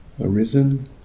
Arisen